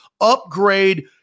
upgrade